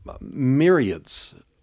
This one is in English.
myriads